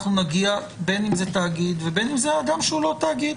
נגיע בין אם זה תאגיד ובין אם זה אדם שהוא לא תאגיד?